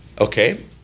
Okay